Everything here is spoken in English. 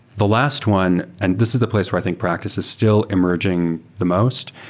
the last one, and this is the place where i think practice is still emerging the most,